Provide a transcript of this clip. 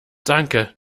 danke